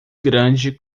grande